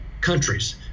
countries